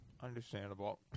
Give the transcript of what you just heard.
Understandable